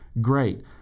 great